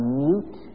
mute